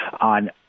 on